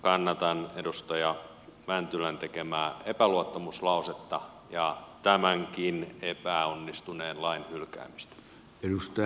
kannatan edustaja mäntylän tekemää epäluottamuslausetta ja tämänkin epäonnistuneen lain hylkäämistä